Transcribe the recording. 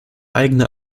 eigene